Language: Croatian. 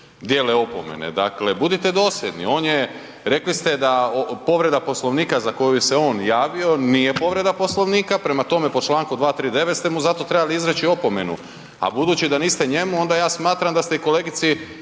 već opomene, dakle budite dosljedni. Rekli ste da povreda Poslovnika za koju se on javio nije povreda Poslovnika, prema tome po članku 239. ste mu za to trebali izreći opomenu. A budući da niste njemu onda ja smatram da ste i kolegici